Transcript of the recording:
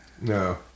no